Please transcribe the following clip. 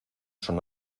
son